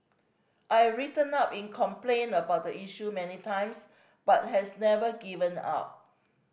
I've written in complain about the issue many times but has never given up